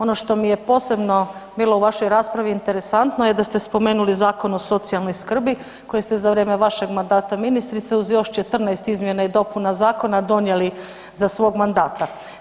Ono što mi je posebno bilo u vašoj raspravi interesantno je da ste spomenuli Zakon o socijalnoj skrbi koji ste za vrijeme vašeg mandata ministrice uz još 14 izmjena i dopuna zakona donijeli za svog mandata.